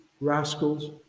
rascals